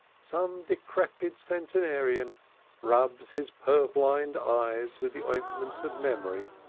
some decrepit centenarian rubs his purblind eyes with the ointment of memory,